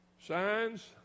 signs